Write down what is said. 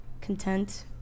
content